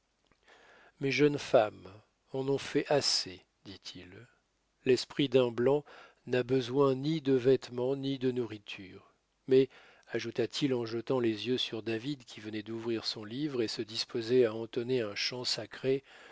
mes jeunes femmes en ont fait assez dit-il l'esprit d'un blanc n'a besoin ni de vêtements ni de nourriture mais ajoutat il en jetant les yeux sur david qui venait d'ouvrir son livre et se disposer à entonner un chant sacré